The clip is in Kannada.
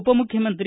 ಉಪಮುಖ್ಯಮಂತ್ರಿ